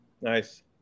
Nice